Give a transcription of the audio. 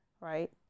Right